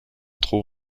trop